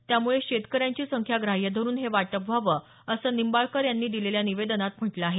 त्यामुळे शेतकऱ्यांची संख्या ग्राह्य धरून हे वाटप व्हावं असं निंबाळकर यांनी दिलेल्या निवेदनात म्हटलं आहे